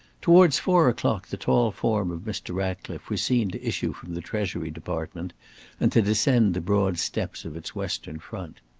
towards four o'clock the tall form of mr. ratcliffe was seen to issue from the treasury department and to descend the broad steps of its western front.